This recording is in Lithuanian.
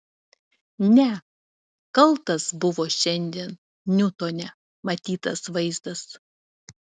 ne kaltas buvo šiandien niutone matytas vaizdas